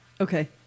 Okay